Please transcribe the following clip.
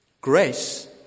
grace